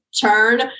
turn